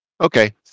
Okay